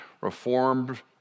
reformed